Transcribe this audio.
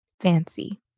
Fancy